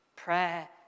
Prayer